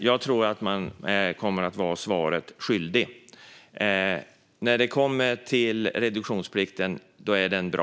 Jag tror att man kommer att vara svaret skyldig. Reduktionsplikten är bra.